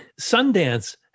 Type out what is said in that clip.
Sundance